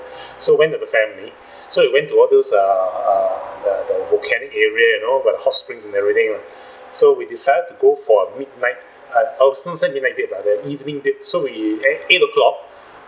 so went with the family so we went to all those uh err the the volcanic area you know with the hot springs and everything lah so we decided to go for a midnight I I wouldn't say is midnight date lah the evening date so we at eight o'clock